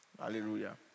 Hallelujah